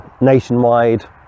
nationwide